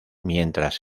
mientras